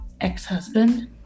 ex-husband